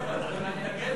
אתה מתנגד